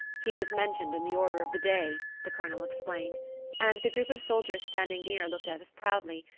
he was mentioned in the order of the day, the colonel explained and the group of soldiers standing near looked at us proudly,